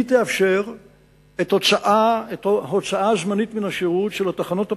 היא תאפשר הוצאה זמנית מן השירות של התחנות הפחמיות,